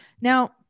Now